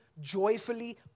joyfully